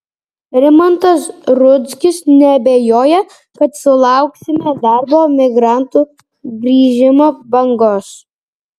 rimantas rudzkis neabejoja kad sulauksime darbo migrantų grįžimo bangos